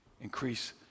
Increase